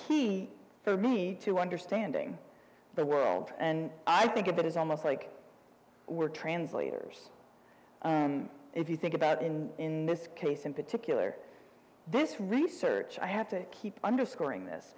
key for me to understanding the world and i think of it as almost like we're translators if you think about in this case in particular this research i have to keep underscoring this